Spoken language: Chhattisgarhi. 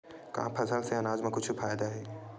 का फसल से आनाज मा कुछु फ़ायदा हे?